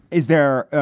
is there?